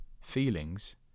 feelings